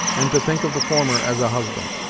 and to think of the former as a husband.